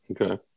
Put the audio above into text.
Okay